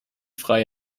frei